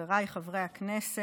חבריי חברי הכנסת,